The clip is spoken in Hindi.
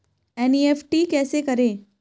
एन.ई.एफ.टी कैसे करें?